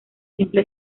simple